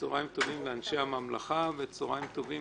צהרים טובים לאנשי הממלכה וצהרים טובים